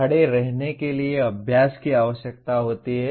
खड़े रहने के लिए अभ्यास की आवश्यकता होती है